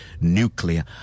nuclear